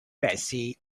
bessie